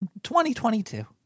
2022